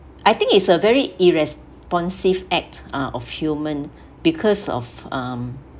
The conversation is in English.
I think it's a very irresponsive act uh of human because of um